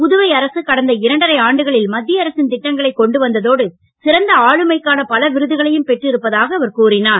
புதுவை அரசு கடந்த இரண்டரை ஆண்டுகளில் மத்திய அரசின் திட்டங்களை கொண்டு வந்ததோடு சிறந்த ஆளுமைக்காக பல விருதுகளையும் பெற்று இருப்பதாக கூறினார்